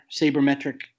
Sabermetric